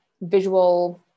visual